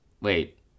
wait